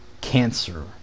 cancer